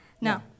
No